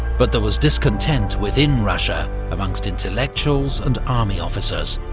but there was discontent within russia amongst intellectuals and army officers,